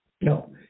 No